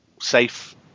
safe